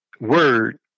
Word